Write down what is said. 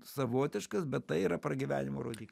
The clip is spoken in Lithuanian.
savotiškas bet tai yra pragyvenimo rodikl